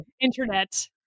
internet